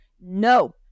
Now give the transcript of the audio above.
no